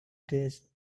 days